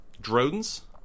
Drones